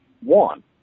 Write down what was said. one